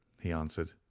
he answered.